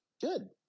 Good